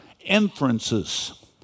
inferences